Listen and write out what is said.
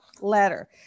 letter